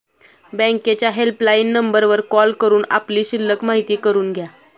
बँकेच्या हेल्पलाईन नंबरवर कॉल करून आपली शिल्लक माहिती करून घ्या